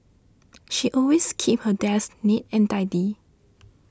she always keeps her desk neat and tidy